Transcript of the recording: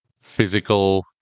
physical